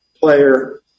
player